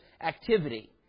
activity